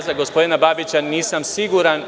Za gospodina Babića nisam siguran.